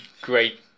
great